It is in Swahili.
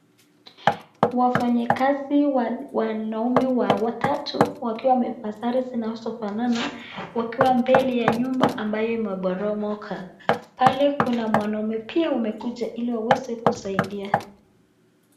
Wafanyikazi wanaume watatu wakiwa wamevaa sare zinazofanana wakiwa mbele ya nyumba ambayo imeporomoka. Pale kuna mwanaume pia umekuja ili waweze kusaidia.